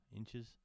inches